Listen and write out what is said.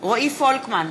רועי פולקמן,